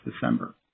December